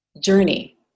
journey